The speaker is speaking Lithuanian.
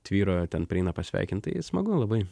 tvyro ten prieina pasveikint tai smagu labai